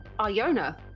Iona